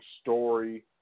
story